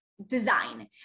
design